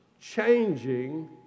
changing